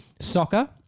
soccer